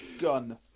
gun